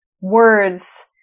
words